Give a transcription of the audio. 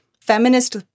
feminist